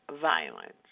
violence